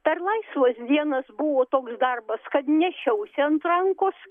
per laisvas dienas buvo toks darbas kad nešiausi ant rankos